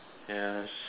yes